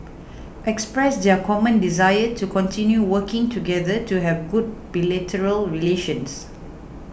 expressed their common desire to continue working together to have good bilateral relations